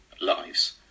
lives